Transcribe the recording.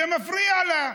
זה מפריע לה,